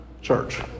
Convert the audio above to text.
church